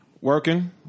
Working